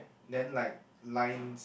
then like lines